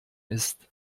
ist